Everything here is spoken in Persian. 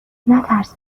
نترس